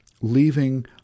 leaving